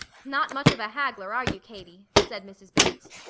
not much of a haggler, are you, katie? said mrs. bates.